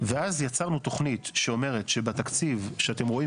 ואז יצרנו תוכנית שאומרת שבתקציב שאתם רואים